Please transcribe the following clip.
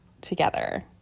together